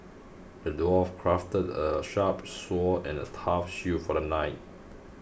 the dwarf crafted a sharp sword and a tough shield for the knight